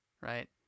right